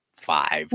Five